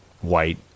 white